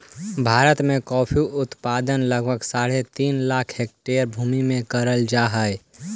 भारत में कॉफी उत्पादन लगभग साढ़े तीन लाख हेक्टेयर भूमि में करल जाइत हई